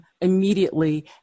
immediately